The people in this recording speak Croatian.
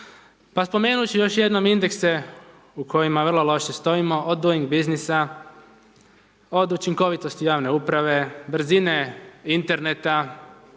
Pa spomenut ću još jednom indekse u kojima vrlo loše stojimo, od doingbussines, od učinkovitosti javne uprave, brzine interneta